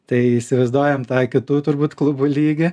tai įsivaizduojam tą kitų turbūt klubų lygį